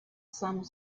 some